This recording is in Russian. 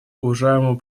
уважаемому